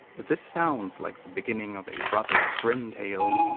if this sounds like the beginning of a brothers grimm tale,